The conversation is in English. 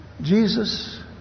Jesus